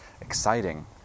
exciting